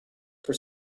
for